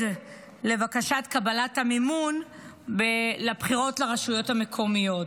לבקשת קבלת המימון לבחירות לרשויות המקומיות.